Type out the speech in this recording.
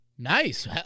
Nice